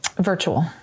virtual